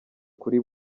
kuri